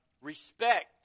respect